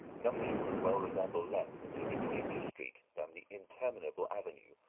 nothing could well resemble less a typical english street than the interminable avenue,